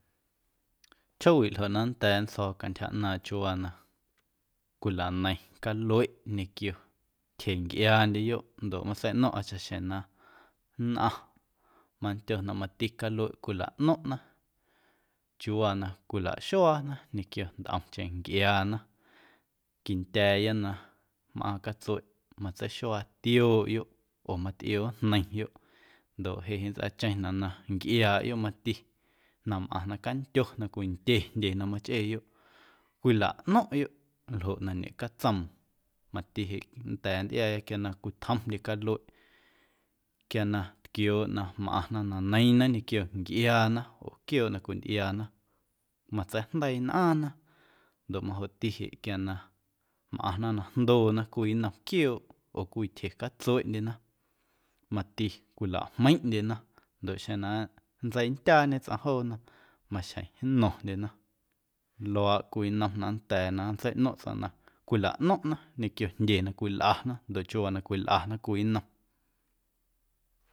Chjoowiꞌ ljoꞌ na nnda̱a̱ nntsjo̱o̱ cantyja ꞌnaaⁿꞌ chiuuwaa na cwilaneiⁿ calueꞌ ñequio tyjencꞌiaandyeyoꞌ ndoꞌ matseiꞌno̱ⁿꞌa chaꞌxjeⁿ na nnꞌaⁿ mandyo na mati calueꞌ cwilaꞌno̱ⁿꞌna chiuuwaa na cwilaxuaana ñequio ntꞌomcheⁿ ncꞌiaana quindya̱a̱ya na mꞌaaⁿ catsueꞌ matseixuaatiooꞌyoꞌ oo matꞌioojneiⁿyoꞌ ndoꞌ jeꞌ jeꞌ nntsꞌaacheⁿnaꞌ na ncꞌiaaꞌyoꞌ mati na mꞌaⁿ na candyo na cwindye jndye na machꞌeeyoꞌ cwilaꞌno̱ⁿꞌyoꞌ ljoꞌ na ñecatsoom mati jeꞌ nnda̱a̱ nntꞌiaaya quia na cwiitjomndye calueꞌ quia na tquiooꞌ na mꞌaⁿna na neiiⁿna ñequio ncꞌiaana oo quiooꞌ na cwintꞌiaana matseijndeii nnꞌaaⁿna ndoꞌ majoꞌti jeꞌ quia na mꞌaⁿna na jndoona cwii nnom quiooꞌ oo cwii tyjecatsueꞌndyena mati cwilajmeiⁿꞌndyena ndoꞌ xeⁿ na nntseindyaañe tsꞌaⁿ joona maxjeⁿ nno̱ⁿndyena luaaꞌ cwii nnom na nnda̱a̱ na nntseiꞌno̱ⁿꞌ tsꞌaⁿ na cwilaꞌno̱ⁿꞌna ñequio jndye na cwilꞌana ndoꞌ ñequio chiuuwaa na cwilꞌana cwii nnom.